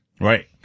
Right